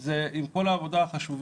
זה עם כל העבודה החשובה